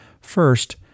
First